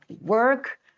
work